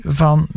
van